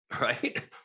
right